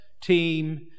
team